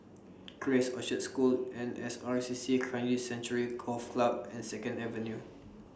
Grace Orchard School N S R C C Kranji Sanctuary Golf Club and Second Avenue